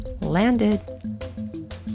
Landed